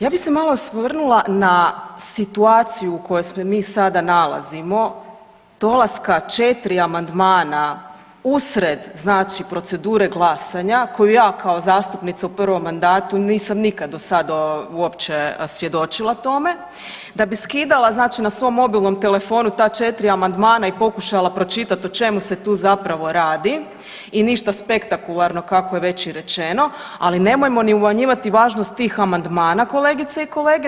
Ja bi se malo osvrnula na situaciju u kojoj se mi sada nalazimo dolaska četiri amandmana usred procedura glasanja koju ja kao zastupnica u prvom mandatu nisam nikad do sad uopće svjedočila tome, da bi skidala na svom mobilnom telefonu ta četiri amandmana i pokušala pročitat o čemu se tu zapravo radi i ništa spektakularno kako je već i rečeno, ali nemojmo ni umanjivati važnost tih amandmana kolegice i kolege.